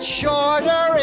shorter